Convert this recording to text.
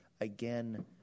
Again